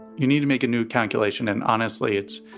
you need to make a new calculation. and honestly, it's